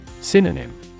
Synonym